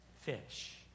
fish